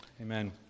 Amen